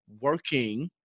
working